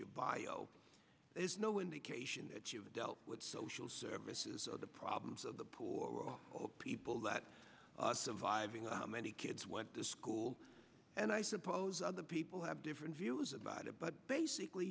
your bio there's no indication that you've dealt with social services or the problems of the poor people that surviving on how many kids went to school and i suppose other people have different views about it but basically